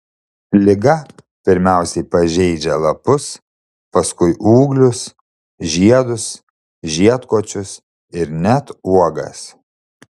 liga pirmiausia pažeidžia lapus paskui ūglius žiedus žiedkočius ir net uogas